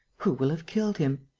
who will have killed him?